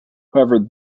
however